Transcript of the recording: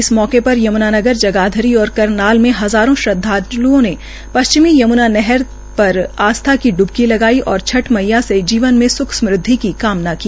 इस मौके पर यम्नानगर जागधरी और करनाल में हज़ारों श्रदवालुओं ने पश्चिमी यम्नातट पर आस्था की ड्बकी लगाई और मघ्ठा से जीवन में स्ख समृद्वि की कामना की